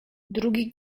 drugi